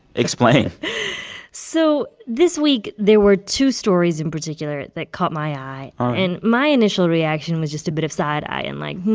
explain so this week, there were two stories in particular that caught my eye. and my initial reaction was just a bit of side eye and like,